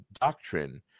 doctrine